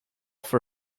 for